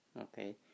Okay